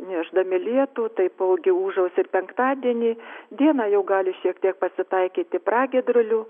nešdami lietų taipogi ūžaus ir penktadienį dieną jau gali šiek tiek pasitaikyti pragiedrulių